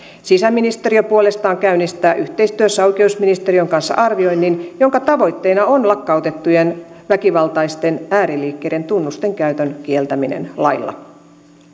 sisäministeriö puolestaan käynnistää yhteistyössä oikeusministeriön kanssa arvioinnin jonka tavoitteena on lakkautettujen väkivaltaisten ääriliikkeiden tunnusten käytön kieltäminen lailla